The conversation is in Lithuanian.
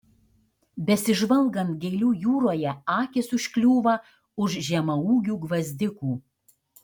besižvalgant gėlių jūroje akys užkliūva už žemaūgių gvazdikų